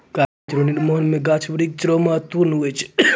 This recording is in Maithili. कागज रो निर्माण मे गाछ वृक्ष रो महत्ब हुवै छै